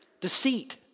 deceit